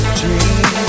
dream